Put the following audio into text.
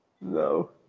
No